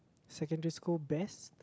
secondary school best